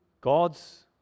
God's